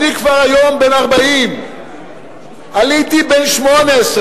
היום אני כבר בן 40. עליתי בן 18,